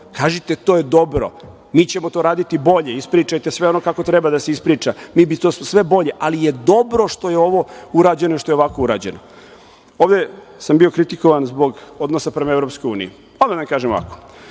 Kažite - to je dobro, mi ćemo to raditi bolje, ispričajte sve ono kako treba da se ispriča - mi bi to sve bolje, ali je dobro što je ovo urađeno i što je ovako urađeno. Ovde sam bio kritikovan zbog odnosa prema EU. Odmah da vam kažem ovako